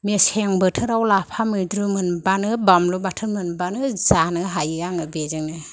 मेसें बोथोराव लाफा मैद्रु मोनबानो बानलु बाथोन मोनबानो जानो हायो आङो बेजोंनो